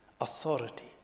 authority